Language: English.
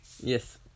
Yes